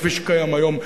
כפי שקיים היום,